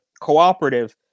cooperative